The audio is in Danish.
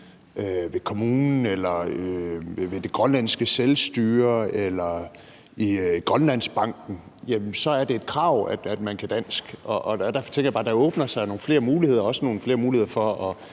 ved kommunen eller ved Grønlands Selvstyre eller i GrønlandsBANKEN – hvor det er et krav, at man kan dansk. Der tænker jeg bare, at der åbner sig nogle flere muligheder, også